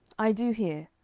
i do hear.